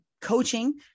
coaching